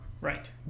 right